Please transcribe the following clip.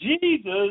Jesus